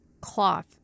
cloth